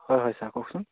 হয় হয় ছাৰ কওকচোন